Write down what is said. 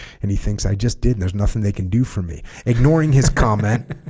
and he thinks i just did there's nothing they can do for me ignoring his comment